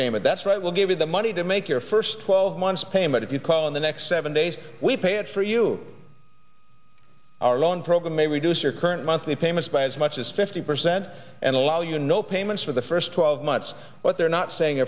payment that's right we'll give you the money to make your first twelve months payment if you call in the next seven days we pay it for you our loan program may reduce your current monthly payments by as much as fifty percent and allow you no payments for the first twelve months but they're not saying